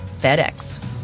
FedEx